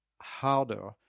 harder